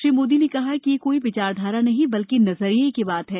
श्री मोदी ने कहा कि ये कोई विचारधारा नहीं बल्कि नजरिये की बात है